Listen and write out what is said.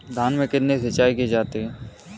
धान में कितनी सिंचाई की जाती है?